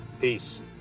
Peace